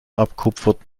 abkupfert